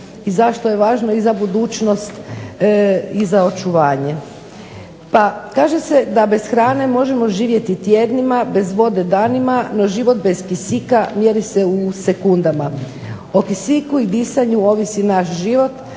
i zašto je važno za budućnost i očuvanje. Pa kaže se da bez hrane možemo živjeti tjednima, bez vode danima, no život bez kisika mjeri se u sekundama. O kisiku i disanju ovisi naš život,